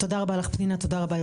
תודה רבה לך פנינה, תודה רבה לך